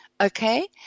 Okay